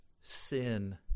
sin